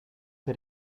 che